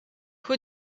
who